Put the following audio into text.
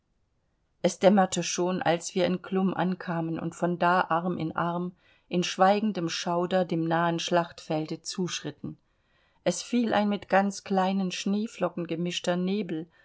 es dämmerte schon als wir in chlum ankamen und von da arm in arm in schweigendem schauer dem nahen schlachtfelde zuschritten es fiel ein mit ganz kleinen schneeflocken gemischter nebel